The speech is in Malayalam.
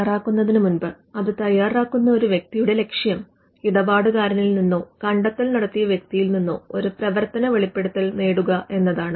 Firoz Ali getting a working disclosure patent തയ്യാറാക്കുന്നതിനുമുമ്പ് അത് തയാറാക്കുന്ന ഒരു വ്യക്തിയുടെ ലക്ഷ്യം ഇടപാടുകാരനിൽ നിന്നോ കണ്ടെത്തൽ നടത്തിയ വ്യക്തിയിൽനിന്നോ ഒരു പ്രവർത്തന വെളിപ്പെടുത്തൽ നേടുക എന്നതാണ്